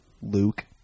Luke